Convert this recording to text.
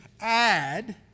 add